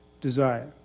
desire